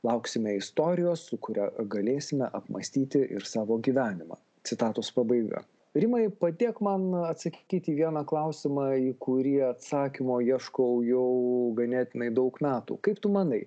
lauksime istorijos su kuria galėsime apmąstyti ir savo gyvenimą citatos pabaiga rimai padėk man atsakykit į vieną klausimą į kurį atsakymo ieškau jau ganėtinai daug metų kaip tu manai